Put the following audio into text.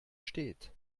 steht